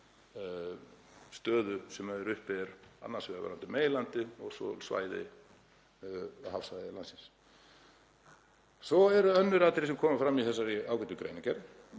stöðu sem uppi er annars vegar varðandi meginlandið og svo hafsvæði landsins. Svo eru önnur atriði sem komu fram í þessari ágætu greinargerð